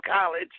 college